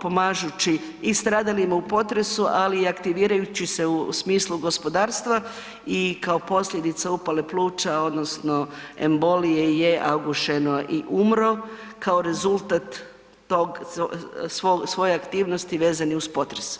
pomažući i stradalima u potresu, ali i aktivirajući se u smislu gospodarstva i kao posljedica upale pluća odnosno embolije je August Šenoa i umro kao rezultat svoje aktivnosti vezane uz potres.